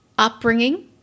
upbringing